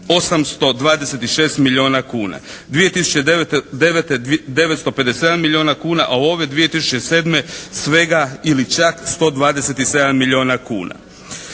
826 milijuna kuna, 2009. 957 milijuna kuna, a ove 2007. svega ili čak 127 milijuna kuna.